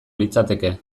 litzateke